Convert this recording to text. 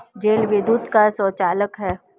जल विद्युत का सुचालक है